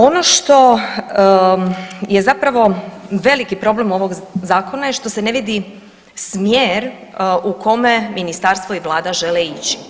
Ono što je zapravo veliki problem ovog zakona što se ne vidi smjer u kome ministarstvo i Vlada žele ići.